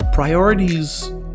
Priorities